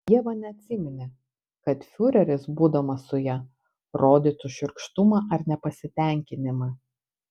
ieva neatsiminė kad fiureris būdamas su ja rodytų šiurkštumą ar nepasitenkinimą